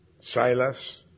Silas